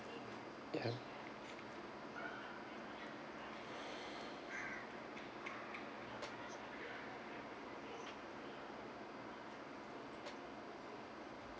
ya